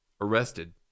arrested